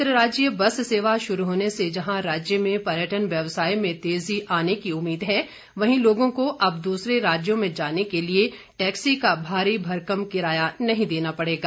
अंतर्राज्यीय बस सेवा शुरू होने से जहां राज्य में पर्यटन व्यवसाय में तेजी आने की उम्मीद है वहीं लोगों को अब दूसरे राज्यों में जाने के लिए टैक्सी का भारी भरकम किराया नहीं देना पड़ेगा